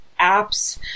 apps